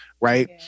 right